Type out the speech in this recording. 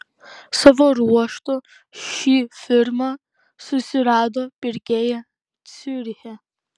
savo ruožtu ši firma susirado pirkėją ciuriche